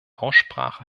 aussprache